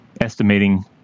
estimating